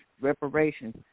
reparations